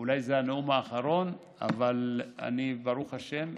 אולי זה הנאום האחרון, אבל אני, ברוך השם,